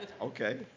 Okay